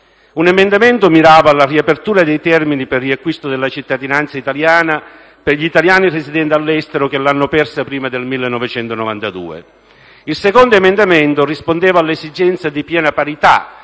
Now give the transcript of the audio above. Un emendamento mirava alla riapertura dei termini per il riacquisto della cittadinanza italiana per gli italiani residenti all'estero che l'hanno persa prima del 1992. Il secondo emendamento rispondeva all'esigenza di piena parità,